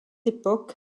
époque